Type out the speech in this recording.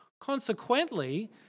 Consequently